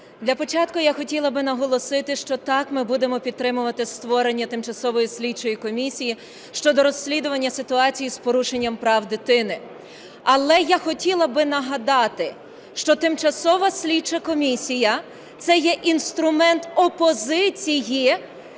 Для початку я хотіла би наголосити, що, так, ми будемо підтримувати створення Тимчасової слідчої комісії щодо розслідування ситуації з порушенням прав дитини. Але я хотіла би нагадати, що тимчасова слідча комісія – це є інструмент опозиції.